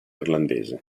irlandese